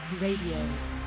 RADIO